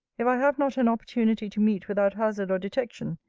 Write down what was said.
if i have not an opportunity to meet without hazard or detection,